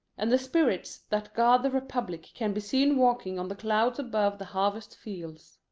and the spirits that guard the republic can be seen walking on the clouds above the harvest-fields.